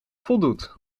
voldoet